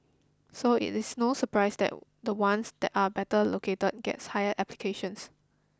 so it is no surprise that the ones that are better located gets higher applications